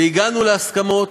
והגענו להסכמות,